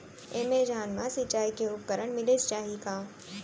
Amazon मा सिंचाई के उपकरण मिलिस जाही का?